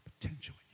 potential